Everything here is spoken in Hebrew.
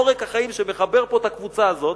עורק החיים שמחבר פה את הקבוצה הזאת,